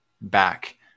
back